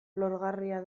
lorgarria